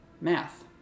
math